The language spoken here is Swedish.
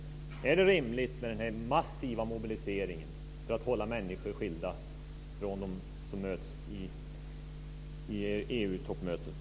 Är det rimligt med en massiv mobilisering för att hålla människor skilda från dem som möts i EU